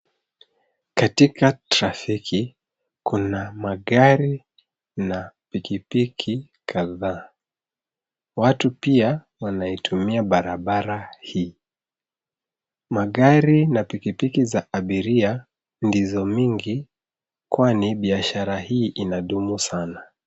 Katika trafiki, kuna magari na pikipiki kadhaa. Watu pia wanaitumia barabara hii. Magari na pikipiki za abiria ndizo mingi kwani biashara hii inadumu sana.